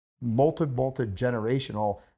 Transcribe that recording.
multi-multi-generational